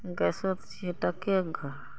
गैसो तऽ छियै टकेक घर